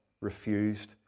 refused